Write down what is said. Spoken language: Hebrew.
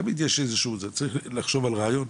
צריך לחשוב על רעיון.